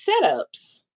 setups